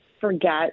forget